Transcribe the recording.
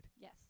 yes